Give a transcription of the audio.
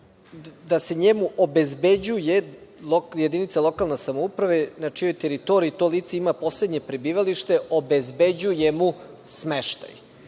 da se njime obezbeđuje, jedinica lokalne samouprave na čijoj teritoriji to lice ima poslednje prebivalište, obezbeđuje mu smeštaj. Dakle,